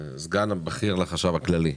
הסיפור של מס ששינסקי הוצג במן איזו